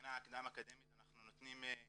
במכינה הקדם אקדמית אנחנו נותנים,